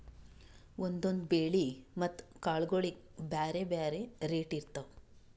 ಒಂದೊಂದ್ ಬೆಳಿ ಮತ್ತ್ ಕಾಳ್ಗೋಳಿಗ್ ಬ್ಯಾರೆ ಬ್ಯಾರೆ ರೇಟ್ ಇರ್ತವ್